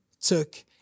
took